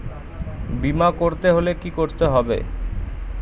বিমা করতে হলে কি করতে হবে?